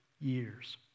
years